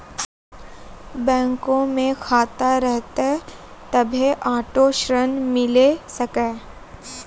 बैंको मे खाता रहतै तभ्भे आटो ऋण मिले सकै